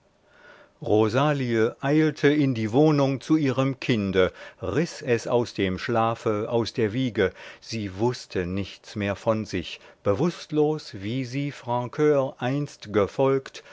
rosalie eilte in die wohnung zu ihrem kinde riß es aus dem schlafe aus der wiege sie wußte nichts mehr von sich bewußtlos wie sie francur einst gefolgt